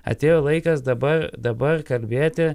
atėjo laikas dabar dabar kalbėti